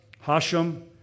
Hashem